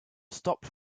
stopped